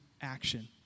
action